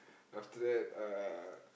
after that uh